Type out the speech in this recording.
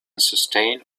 sustain